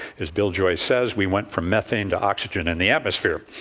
as bill joy says we went from methane to oxygen in the atmosphere.